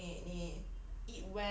如果你你